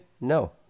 no